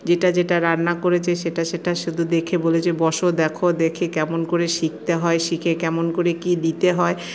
যেটা যেটা রান্না করেছে সেটা সেটা শুধু দেখে বলেছে বসো দেখো দেখে কেমন করে শিখতে হয় শিখে কেমন করে কি দিতে হয়